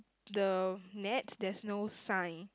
the net there's no sign